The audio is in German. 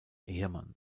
ehemann